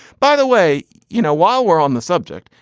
by the way you know, while we're on the subject,